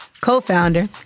co-founder